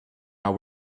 are